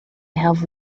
have